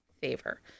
favor